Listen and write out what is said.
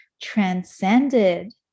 transcended